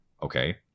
okay